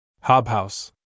Hobhouse